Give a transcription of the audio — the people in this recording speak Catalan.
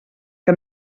que